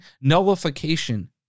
nullification